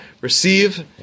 receive